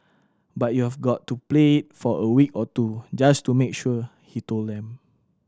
but you've got to play it for a week or two just to make sure he told them